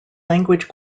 language